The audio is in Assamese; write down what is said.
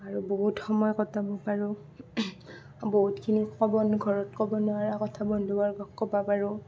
আৰু বহুত সময় কটাব পাৰোঁ বহুতখিনি ক'ব ঘৰত ক'ব নোৱাৰা কথা বন্ধুবৰ্গক ক'ব পাৰোঁ